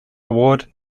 award